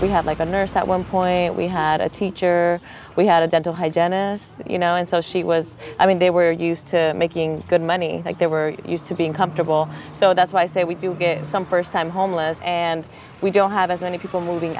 we have like a nurse at one point we had a teacher we had a dental hygienist you know and so she was i mean they were used to making good money like they were used to being comfortable so that's why i say we do get some first time homeless and we don't have as many people moving